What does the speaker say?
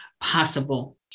possible